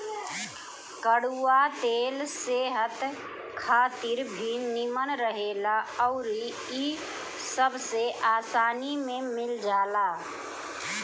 कड़ुआ तेल सेहत खातिर भी निमन रहेला अउरी इ सबसे आसानी में मिल जाला